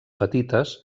petites